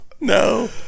No